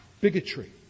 bigotry